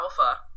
Alpha